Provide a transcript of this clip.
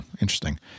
interesting